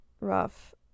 rough